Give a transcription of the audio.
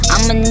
I'ma